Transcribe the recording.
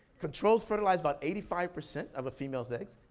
controls fertilize about eighty five percent of a female's eggs.